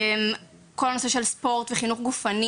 התאמה של ספורט וחינוך גופני